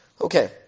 Okay